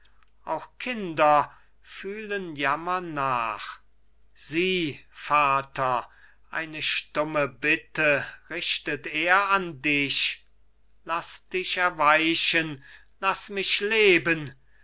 auch kinder fühlen jammer nach sieh vater eine stumme bitte richtet er an dich laß dich erweichen laß mich leben